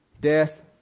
death